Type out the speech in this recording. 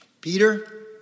Peter